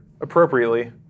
appropriately